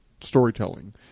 storytelling